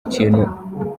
ikintu